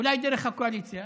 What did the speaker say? אולי דרך הקואליציה?